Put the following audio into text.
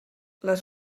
les